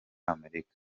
amerika